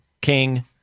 king